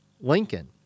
Lincoln